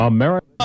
America